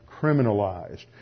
criminalized